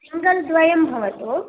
single द्वयं भवतु